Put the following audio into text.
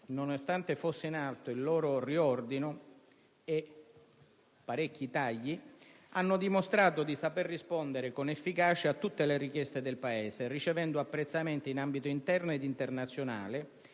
nonostante fosse in atto il loro riordino e fossero interessate da parecchi tagli, hanno dimostrato di saper rispondere con efficacia a tutte le richieste del Paese, ricevendo apprezzamenti in ambito interno ed internazionale